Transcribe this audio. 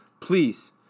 Please